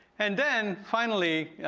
and then finally,